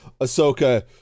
Ahsoka